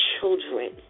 children